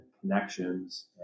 connections